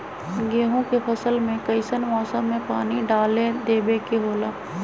गेहूं के फसल में कइसन मौसम में पानी डालें देबे के होला?